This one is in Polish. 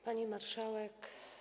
Pani Marszałek!